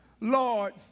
Lord